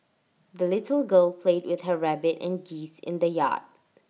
the little girl played with her rabbit and geese in the yard